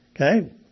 okay